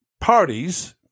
Parties